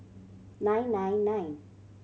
nine nine nine